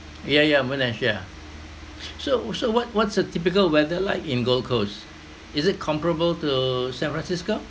ya ya monash ya so so what what's a typical weather like in gold coast is it comparable to san francisco